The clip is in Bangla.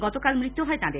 গতকাল মৃত্যু হয় তাঁদের